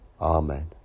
Amen